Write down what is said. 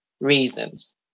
reasons